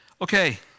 okay